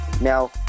now